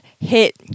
hit